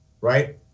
right